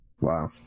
Wow